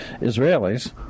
Israelis